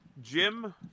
Jim